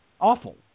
awful